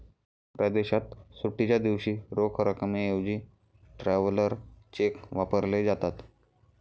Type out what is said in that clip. परदेशात सुट्टीच्या दिवशी रोख रकमेऐवजी ट्रॅव्हलर चेक वापरले जातात